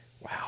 Wow